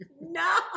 No